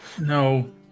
No